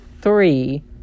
three